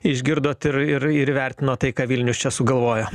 išgirdot ir ir ir vertino tai ką vilnius čia sugalvojo